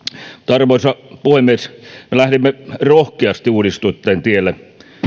arvoisa puhemies lähdimme rohkeasti uudistusten tielle